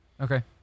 Okay